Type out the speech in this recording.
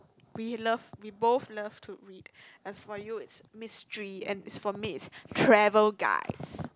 we love we both love to read as for you it's mystery and as for me it's travel guides